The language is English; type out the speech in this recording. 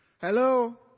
Hello